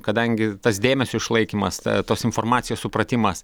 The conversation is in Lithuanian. kadangi tas dėmesio išlaikymas tos informacijos supratimas